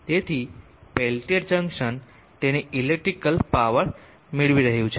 તેથી Peltier junction તેની electric power મેળવી રહ્યું છે